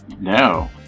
No